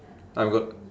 I'm go~